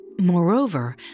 Moreover